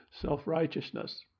Self-righteousness